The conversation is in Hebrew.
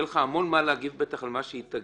בטח יהיה לך המון מה להגיב על מה שהיא תגיד.